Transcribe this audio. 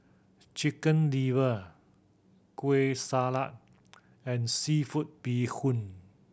Chicken Liver Kueh Salat and seafood bee hoon